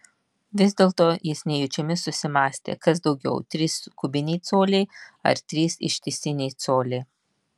vis dėlto jis nejučiomis susimąstė kas daugiau trys kubiniai coliai ar trys ištisiniai coliai